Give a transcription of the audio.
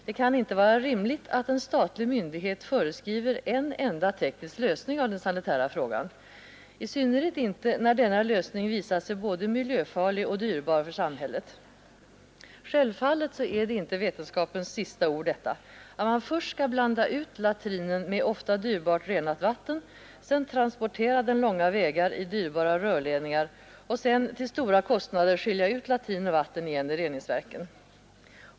Det kan inte vara rimligt att en statlig myndighet föreskriver en enda teknisk lösning av den sanitära frågan, i synnerhet inte när denna lösning visat sig både miljöfarlig och dyrbar för samhället. Självfallet är det inte vetenskapens sista ord att man först skall blanda ut latrinen med ofta dyrbart, renat vatten, därefter transportera den långa vägar i dyrbara rörledningar och sedan till stora kostnader skilja ut latrin och vatten igen i reningsverken.